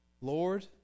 Lord